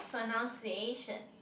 pronunciation